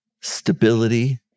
stability